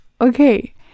Okay